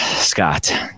Scott